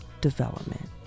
development